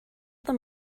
them